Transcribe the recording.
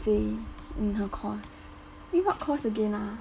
say in her course eh what course again ah